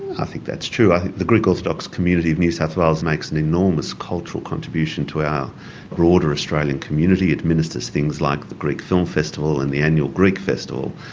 i think that's true, i think the greek orthodox community of new south wales makes an enormous cultural contribution to our broader australian community it ministers things like the greek film festival and the annual greek festival.